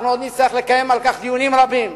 אנחנו עוד נצטרך לקיים על כך דיונים רבים,